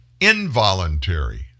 involuntary